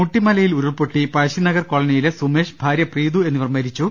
മുട്ടിമലയിൽ ഉരുൾപൊട്ടി പഴശിനഗർ കോളനിയിലെ സുമേഷ് ഭാര്യ പ്രീതു എന്നിവർ മരിച്ചു